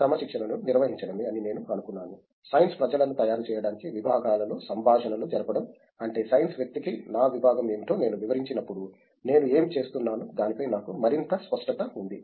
క్రమశిక్షణను నిర్వచించడమే అని నేను అనుకున్నాను సైన్స్ ప్రజలను తయారు చేయడానికి విభాగాలలో సంభాషణలు జరపడం అంటే సైన్స్ వ్యక్తికి నా విభాగం ఏమిటో నేను వివరించినప్పుడు నేను ఏమి చేస్తున్నానో దానిపై నాకు మరింత స్పష్టత ఉంది